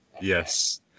yes